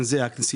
אם זה הכנסייתי,